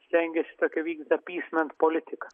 stengiasi tokią vykdyt apysment politiką